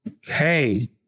Hey